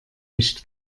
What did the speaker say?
licht